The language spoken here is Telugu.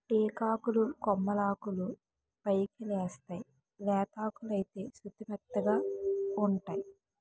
టేకాకులు కొమ్మలాకులు పైకెలేస్తేయ్ లేతాకులైతే సుతిమెత్తగావుంటై